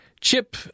Chip